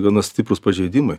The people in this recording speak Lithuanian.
gana stiprūs pažeidimai